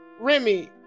Remy